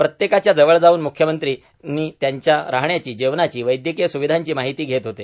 प्रत्येकाच्या जवळ जावून मुख्यमंत्री त्यांनी राहण्याची जेवण्याची वैद्यकीय सुविधांची माहिती घेत होते